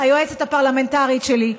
היועצת הפרלמנטרית שלי,